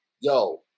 yo